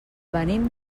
venim